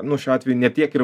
nu šiuo atveju ne tiek ir